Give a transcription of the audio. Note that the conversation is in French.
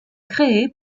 créé